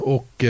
Och